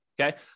Okay